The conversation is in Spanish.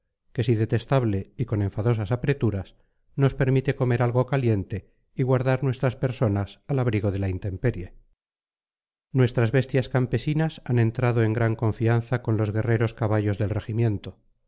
que si detestable y con enfadosas apreturas nos permite comer algo caliente y guardar nuestras personas al abrigo de la intemperie nuestras bestias campesinas han entrado en gran confianza con los guerreros caballos del regimiento